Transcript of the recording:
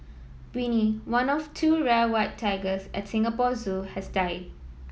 Winnie one of two rare white tigers at Singapore Zoo has died